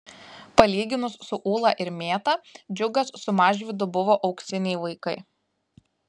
palyginus su ūla ir mėta džiugas su mažvydu buvo auksiniai vaikai